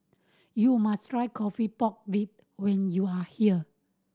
you must try coffee pork rib when you are here